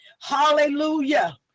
hallelujah